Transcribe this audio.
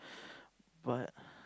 but